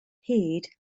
hyd